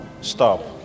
Stop